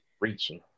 reaching